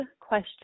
question